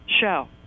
show